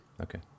Okay